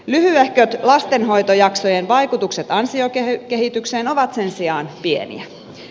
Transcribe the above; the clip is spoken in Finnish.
lyhyehköt lastenhoitojaksojen vaikutukset ansiokehitykseen ovat sen sijaan pieniä